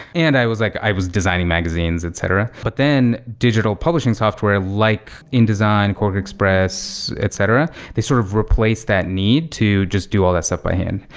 and i was like i was designing magazines, etc. but then digital publishing software like indesign, quarkxpress, etc, they sort of replaced that need to just do all that stuff by hand.